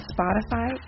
Spotify